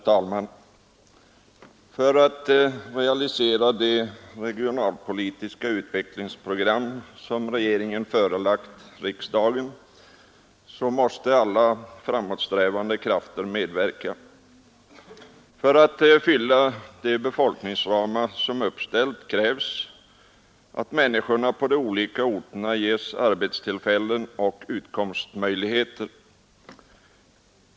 Herr talman! För att realisera det regionalpolitiska utvecklingsprogram som regeringen förelagt riksdagen måste alla framåtsträvande krafter medverka. För att fylla de befolkningsramar som uppställts krävs att människorna på de olika orterna ges arbetstillfällen och utkomstmöjligheter.